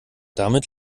damit